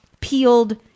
peeled